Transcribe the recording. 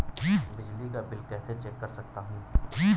बिजली का बिल कैसे चेक कर सकता हूँ?